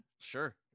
Sure